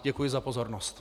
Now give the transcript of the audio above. Děkuji za pozornost.